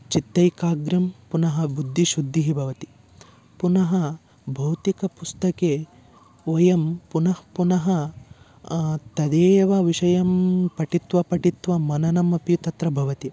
चित्तैकाग्र्यं पुनः बुद्धिशुद्धिः भवति पुनः भौतिकपुस्तके वयं पुनः पुनः तमेव विषयं पठित्वा पठित्वा मननमपि तत्र भवति